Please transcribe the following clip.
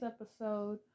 episode